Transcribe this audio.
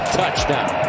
touchdown